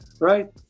right